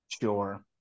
Sure